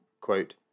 quote